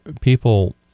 people